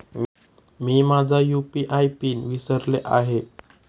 मी माझा UPI PIN विसरले आहे